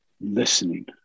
Listening